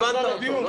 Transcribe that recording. לא הבנת אותו.